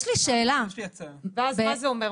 יש לי שאלה -- ואז מה זה אומר?